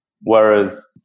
Whereas